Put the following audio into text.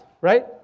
right